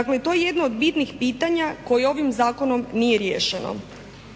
Dakle, to je jedno od bitnih pitanja koje ovim zakonom nije riješeno.